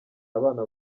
abana